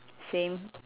same